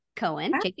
Cohen